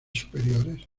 superiores